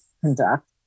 conduct